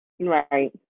Right